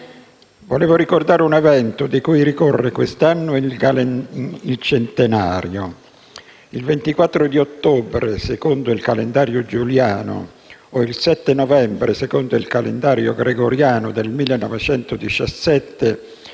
Vorrei ricordare un evento di cui ricorre quest'anno il centenario. Il 24 ottobre, secondo il calendario giuliano, o il 7 novembre, secondo il calendario gregoriano, del 1917